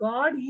God